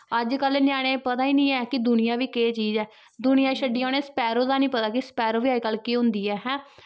अजकल्ल ञ्यानें पता ही निं ऐ के दुनिया बी केह् चीज ऐ दुनिया छड्डियै उ'नें स्पैरो दा निं पता कि स्पैरो बी अजकल्ल केह् होंदी ऐ ऐं